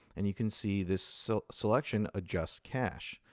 and you can see this so selection adjust cash.